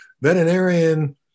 veterinarian